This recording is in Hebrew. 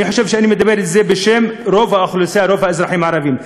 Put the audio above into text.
אני חושב שאני אומר את זה בשם רוב האוכלוסייה והאזרחים הערבים.